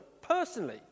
personally